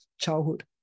childhood